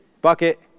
bucket